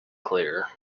clear